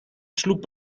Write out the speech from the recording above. sloep